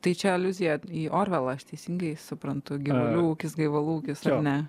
tai čia aliuzija į orvelą aš teisingai suprantu gyvulių ūkis gaivalų ar ne